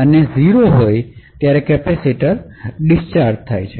અને જ્યારે ૦ હોય ત્યારે ડિસ્ચાર્જ થાય છે